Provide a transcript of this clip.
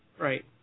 Right